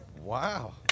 Wow